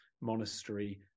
monastery